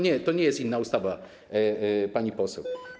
Nie, nie, to nie jest inna ustawa, pani poseł.